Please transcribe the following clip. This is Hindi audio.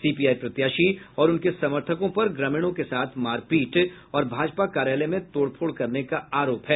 सीपीआई प्रत्याशी और उनके समर्थकों पर ग्रामीणों के साथ मारपीट और भाजपा कार्यालय में तोड़फोड़ करने का आरोप है